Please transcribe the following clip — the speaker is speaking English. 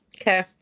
Okay